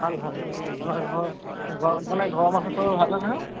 ভাল ভাল আমাৰ ঘৰ মানে ঘৰৰ মানুহৰ চবৰে ভালেই নহয় আৰু